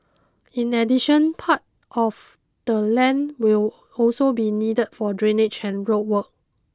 in addition part of the land will also be needed for drainage and road work